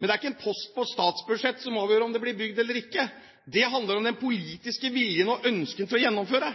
men det er ikke en post på statsbudsjettet som avgjør om det blir bygd eller ikke – det handler om den politiske viljen og ønsket om å gjennomføre.